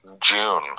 June